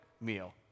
meal